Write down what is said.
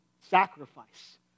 sacrifice